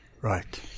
Right